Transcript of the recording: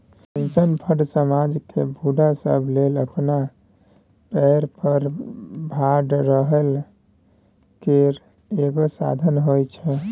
pension fund समाज केर बूढ़ सब लेल अपना पएर पर ठाढ़ रहइ केर एगो साधन होइ छै